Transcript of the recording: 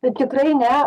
taip tikrai ne